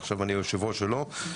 עכשיו אני יושב-ראש שלו.